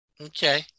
Okay